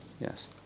Yes